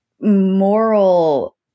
moral